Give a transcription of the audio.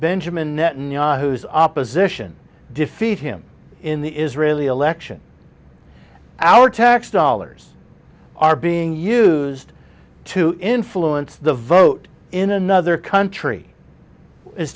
benjamin netanyahu has opposition defeat him in the israeli election our tax dollars are being used to influence the vote in another country i